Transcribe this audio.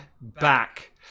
back